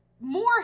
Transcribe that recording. More